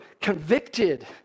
convicted